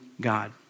God